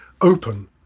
open